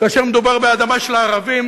כאשר מדובר באדמה של הערבים,